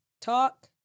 talk